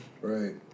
Right